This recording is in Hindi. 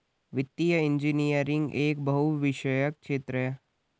वित्तीय इंजीनियरिंग एक बहुविषयक क्षेत्र है